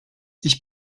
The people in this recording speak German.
ich